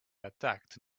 attacked